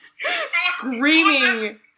screaming